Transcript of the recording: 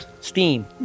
steam